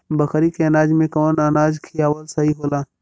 बकरी के अनाज में कवन अनाज खियावल सही होला?